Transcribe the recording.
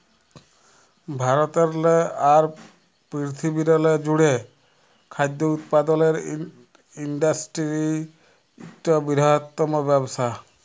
ভারতেরলে আর পিরথিবিরলে জ্যুড়ে খাদ্য উৎপাদলের ইন্ডাসটিরি ইকট বিরহত্তম ব্যবসা